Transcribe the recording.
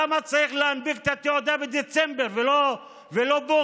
למה צריך להנפיק את התעודה בדצמבר ולא באוקטובר,